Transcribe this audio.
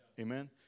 Amen